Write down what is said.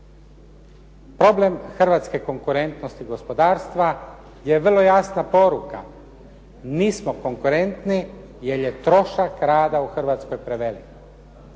Problem hrvatske konkurentnosti gospodarstva je vrlo jasna poruka nismo konkurentni jer je trošak rada u Hrvatskoj prevelik.